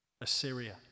Assyria